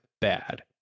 bad